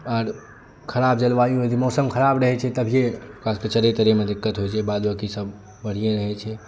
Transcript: और ख़राब जलवायु यदि मौसम खराब रहैछै तभीये ओकरा सभकेँ चरै तरैमे दिक्कत होइछै बाद बाँकि सभ बढ़िये रहैछै